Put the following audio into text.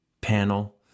panel